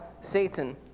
Satan